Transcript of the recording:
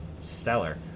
stellar